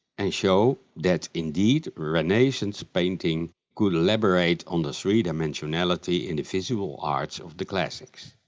and show that indeed renaissance painting could elaborate on the three-dimensionality in the visual art of the classics.